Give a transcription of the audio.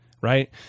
right